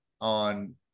on